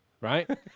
right